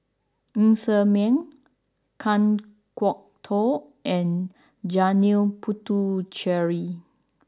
Ng Ser Miang Kan Kwok Toh and Janil Puthucheary